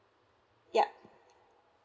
ya